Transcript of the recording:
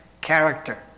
character